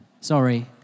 Sorry